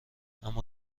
اما